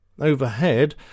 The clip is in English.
Overhead